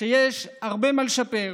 שיש הרבה מה לשפר,